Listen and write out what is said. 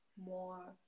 more